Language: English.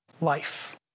life